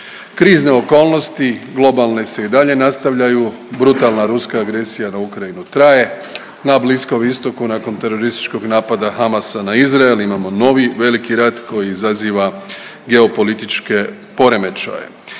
Krizne okolnosti globalne se i dalje nastavljaju, brutalna ruska agresija na Ukrajinu traje, na Bliskom Istoku nakon terorističkog napada Hamasa na Izrael imamo novi veliki rat koji izaziva geopolitičke poremećaje.